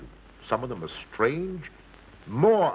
to some of them a strange more